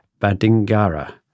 Badingara